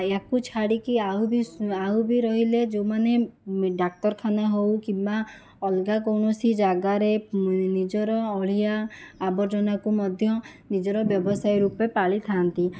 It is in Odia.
ୟାକୁ ଛାଡ଼ିକି ଆଉ ବି ଆଉ ବି ରହିଲେ ଯେଉଁମାନେ ଡାକ୍ତରଖାନା ହେଉ କିମ୍ବା ଅଲଗା କୌଣସି ଜାଗାରେ ନିଜର ଅଳିଆ ଆବର୍ଜନାକୁ ମଧ୍ୟ ନିଜର ବ୍ୟବସାୟ ରୂପେ ପାଳିଥାନ୍ତି